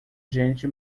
gente